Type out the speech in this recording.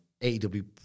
AEW